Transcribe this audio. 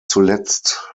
zuletzt